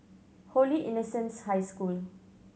Holy Innocents' High School